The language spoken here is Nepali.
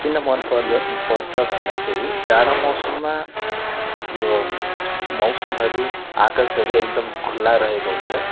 किन मनपर्दछ पर्छ भन्दाखेरि जाडो मौसममा यो मौसमहरू आकाशहरू एकदम खुल्ला रहेको हुन्छ